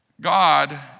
God